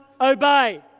obey